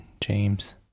James